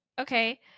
Okay